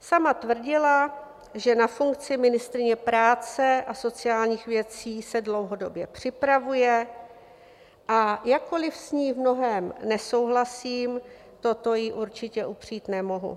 Sama tvrdila, že na funkci ministryně práce a sociálních věcí se dlouhodobě připravuje, a jakkoliv s ní v mnohém nesouhlasím, toto jí určitě upřít nemohu.